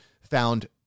found